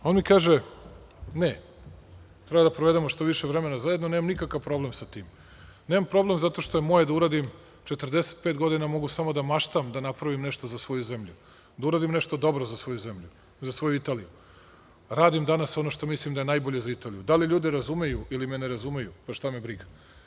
On mi kaže – ne, treba da provedemo što više vremena zajedno, nemam nikakav problem sa tim, nemam problem zato što je moje da uradim, 45 godina mogu samo da maštam da napravim nešto za svoju zemlju, da uradim nešto dobro za svoju zemlju, za svoju Italiju, radim danas ono što mislim da je najbolje za Italiju, da li me ljudi razumeju ili me ne razumeju, pa, šta me briga.